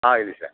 ಆಗಲಿ ಸರ್